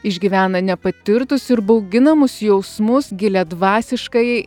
išgyvena nepatirtus ir bauginamus jausmus giliadvasiškajai